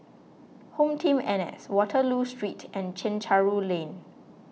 HomeTeam N S Waterloo Street and Chencharu Lane